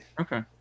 okay